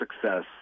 success